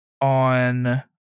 on